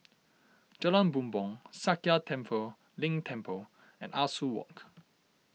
Jalan Bumbong Sakya Tenphel Ling Temple and Ah Soo Walk